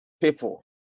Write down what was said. people